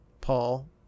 Paul